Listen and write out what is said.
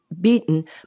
beaten